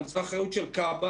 אבל זו אחריות של כב"א.